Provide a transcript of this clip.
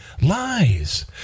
lies